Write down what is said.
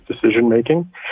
decision-making